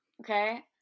Okay